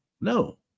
No